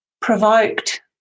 provoked